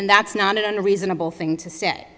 and that's not an a reasonable thing to s